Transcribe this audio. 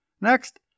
Next